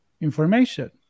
information